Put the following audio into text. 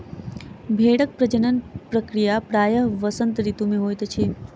भेड़क प्रजनन प्रक्रिया प्रायः वसंत ऋतू मे होइत अछि